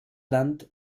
land